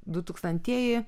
du tūkstantieji